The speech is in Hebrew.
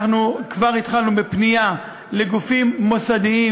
אנחנו כבר התחלנו לפנות לגופים מוסדיים